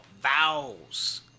vowels